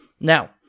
Now